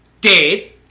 dead